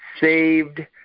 saved